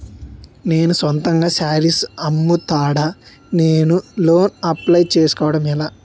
నేను సొంతంగా శారీస్ అమ్ముతాడ, నేను లోన్ అప్లయ్ చేసుకోవడం ఎలా?